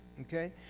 Okay